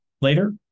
later